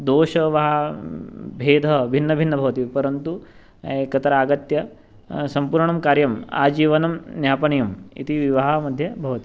दोषः वा भेदः भिन्नं भिन्नं भवति परन्तु एकत्र आगत्य सम्पूर्णं कार्यम् आजीवनं ज्ञापनीयम् इति विवाहः मध्ये भवति